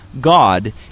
God